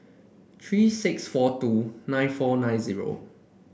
three six four two nine four nine zero